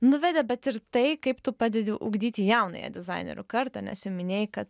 nuvedė bet ir tai kaip tu padedi ugdyti jaunąją dizainerių kartą nes jau minėjai kad